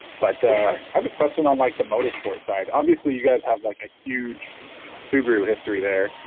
but i have a question on like the motor sports side. obviously, you guys have like a huge subaru history there.